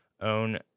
own